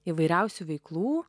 įvairiausių veiklų